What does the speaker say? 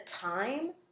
time